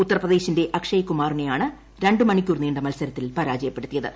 ഉത്ത്ർപ്രദേശിന്റെ അക്ഷയ്കുമാറിനെയാണ് രണ്ടു മണിക്കൂർ ്യൂീണ്ട്ട് മ്ൽസരത്തിൽ പരാജയപ്പെടുത്തിയത്